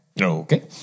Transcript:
Okay